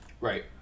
right